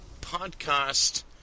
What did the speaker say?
podcast